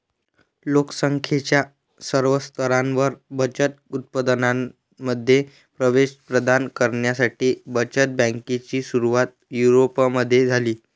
लोक संख्येच्या सर्व स्तरांवर बचत उत्पादनांमध्ये प्रवेश प्रदान करण्यासाठी बचत बँकेची सुरुवात युरोपमध्ये झाली